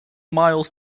miles